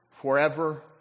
forever